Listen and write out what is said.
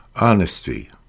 Honesty